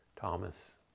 Thomas